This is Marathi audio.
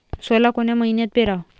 सोला कोन्या मइन्यात पेराव?